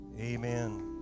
amen